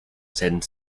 send